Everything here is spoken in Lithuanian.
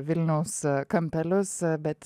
vilniaus kampelius bet